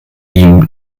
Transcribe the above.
ihm